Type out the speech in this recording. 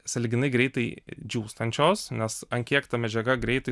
sąlyginai greitai džiūstančios nes ant kiek ta medžiaga greitai